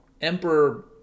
Emperor